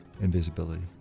invisibility